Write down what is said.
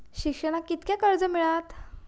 शिक्षणाक कीतक्या कर्ज मिलात?